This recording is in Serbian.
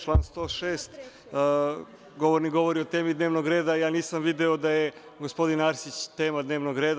Član 106. govornik govori o temi dnevnog reda, a ja nisam video da je gospodin Arsić tema dnevnog reda.